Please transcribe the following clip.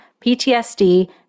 PTSD